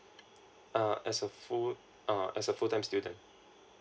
uh as a full uh as a full time student